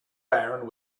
iron